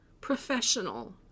professional